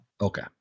Okay